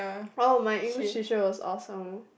oh my English teacher was awesome